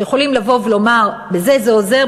שיכולים לבוא ולומר: בזה זה עוזר,